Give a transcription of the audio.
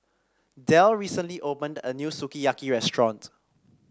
Del recently opened a new Sukiyaki Restaurant